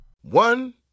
One